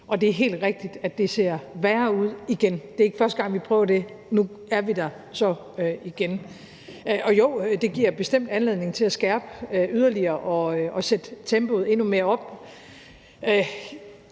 og det er helt rigtigt, at det ser værre ud igen. Det er ikke første gang, vi prøver det – nu er vi der så igen. Og jo, det giver bestemt anledning til at skærpe yderligere og sætte tempoet endnu mere op.